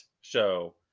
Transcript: show